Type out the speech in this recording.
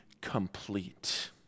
complete